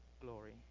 glory